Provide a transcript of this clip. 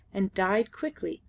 and died quickly,